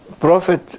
Prophet